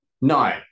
no